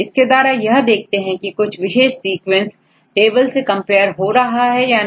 इसके द्वारा यह देखते हैं की कोई विशेष सीक्वेंस टेबल से कंपेयर हो रहा है या नहीं